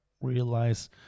realize